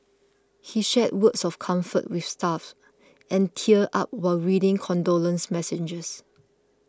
he shared words of comfort with staff and teared up while reading condolence messages